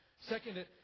Second